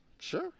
Sure